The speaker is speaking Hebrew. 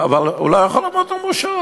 אבל הוא לא יכול לעמוד על המושב,